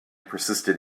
persisted